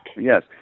Yes